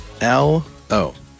L-O